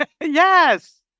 Yes